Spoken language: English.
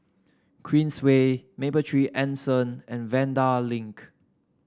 Queensway Mapletree Anson and Vanda Link